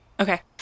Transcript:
Okay